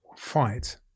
fight